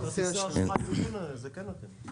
חברות כרטיסי אשראי זה כן אתם.